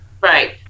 Right